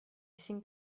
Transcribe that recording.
cinc